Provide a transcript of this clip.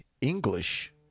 English